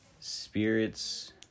Spirits